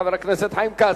חבר הכנסת חיים כץ.